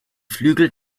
flügel